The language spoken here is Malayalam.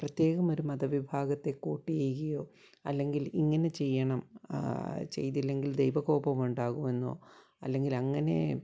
പ്രത്യേകം ഒരു മത വിഭാഗത്തെ കൂട്ടി ഈയ്യോ അല്ലെങ്കിൽ ഇങ്ങനെ ചെയ്യണം ചെയ്തില്ലെങ്കിൽ ദൈവകോപം ഉണ്ടാകുമെന്നോ അല്ലെങ്കിൽ അങ്ങനെ